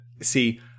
see